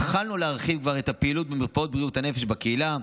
כבר התחלנו להרחיב את הפעילות במרפאות בריאות הנפש בקהילה,